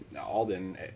alden